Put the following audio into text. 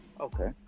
Okay